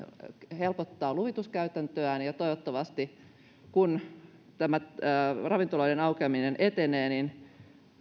helpottaa luvituskäytäntöään ja toivottavasti kun tämä ravintoloiden aukeaminen etenee